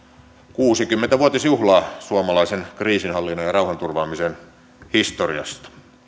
kuusikymmentä vuotisjuhlaa suomalaisen kriisinhallinnan ja rauhanturvaamisen historiassa